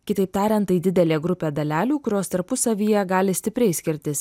kitaip tariant tai didelė grupė dalelių kurios tarpusavyje gali stipriai skirtis